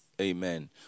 Amen